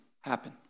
happen